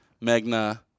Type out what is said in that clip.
Magna